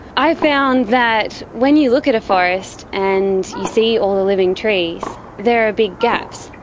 i found that when you look at a forest and you see all the living trees, there are big gaps.